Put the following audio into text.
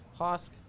Hosk